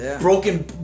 Broken